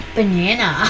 Banana